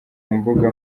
mbuga